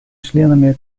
членами